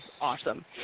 awesome